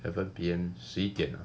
eleven p_m 十一点